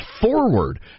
forward